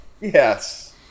Yes